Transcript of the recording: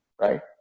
right